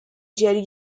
jerry